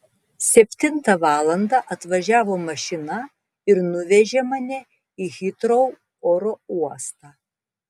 septintą valandą atvažiavo mašina ir nuvežė mane į hitrou oro uostą